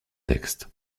texte